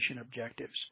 objectives